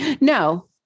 No